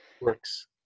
works